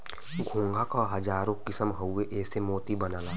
घोंघा क हजारो किसम हउवे एसे मोती बनला